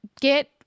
get